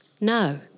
No